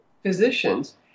physicians